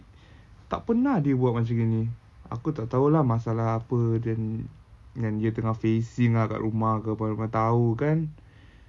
tak pernah dia buat macam gini aku tak tahu lah masalah apa dia yang dia tengah facing ah kat rumah ke apa mana tahu kan